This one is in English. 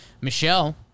Michelle